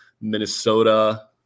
Minnesota